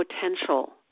potential